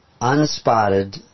unspotted